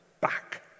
back